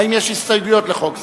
האם יש הסתייגויות לחוק זה?